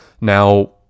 Now